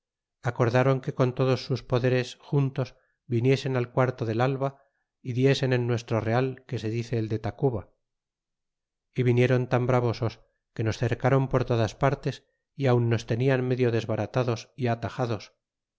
acordron que con todos sus poderes juntos viniesen al quarto del alva y diesen en nuestro real que se dice el de tacuba y vinieron tan bravosos que nos cercron por todas partes y aun nos tenian medio desbaratados y atajados